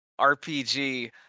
RPG